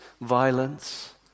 violence